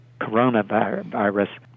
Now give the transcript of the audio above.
coronavirus